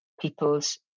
people's